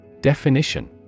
Definition